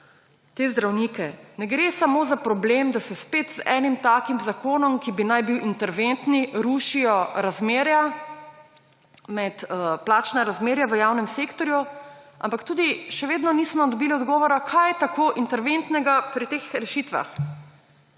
te zdravnike, ne gre samo za problem, da se spet z enim takim zakonom, ki bi naj bil interventni, rušijo razmerja med, plačna razmerja v javnem sektorju, ampak tudi še vedno nismo dobili odgovora, kaj je tako interventnega pri teh rešitvah.